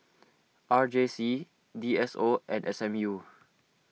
R J C D S O and S M U